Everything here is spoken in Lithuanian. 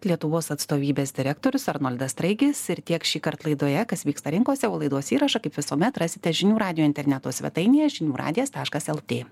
lietuvos atstovybės direktorius arnoldas straigis ir tiek šįkart laidoje kas vyksta rinkose o laidos įrašą kaip visuomet rasite žinių radijo interneto svetainėje žinių radijas taškas lt